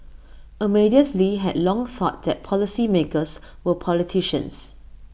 Amadeus lee had long thought that policymakers were politicians